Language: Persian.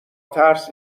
ترس